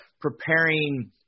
preparing